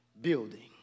building